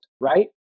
right